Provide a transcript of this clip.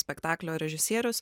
spektaklio režisierius